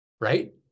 Right